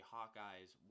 Hawkeye's